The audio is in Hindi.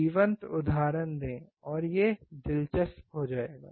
जीवंत उदाहरण दें और यह दिलचस्प हो जाएगा